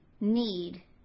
need